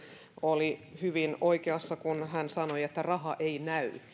oli hyvin oikeassa kun hän sanoi että raha ei näy